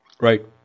Right